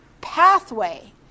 pathway